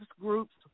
group's